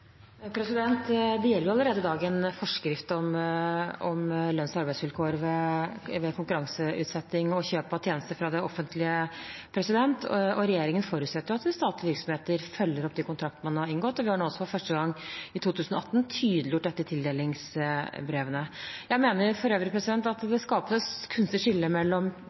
Det gjelder allerede i dag en forskrift om lønns- og arbeidsvilkår ved konkurranseutsetting og kjøp av tjenester fra det offentlige, og regjeringen forutsetter at statlige virksomheter følger opp de kontraktene man har inngått. Vi har nå også for første gang, i 2018, tydeliggjort dette i tildelingsbrevene. Jeg mener for øvrig at det vil skapes et kunstig skille mellom